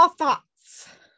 thoughts